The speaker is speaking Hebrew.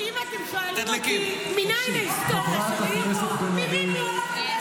אם אתם שואלים אותי מנין ההיסטוריה שלי, מביבי.